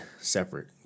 separate